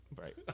Right